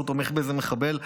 שהוא תומך באיזה מחבל?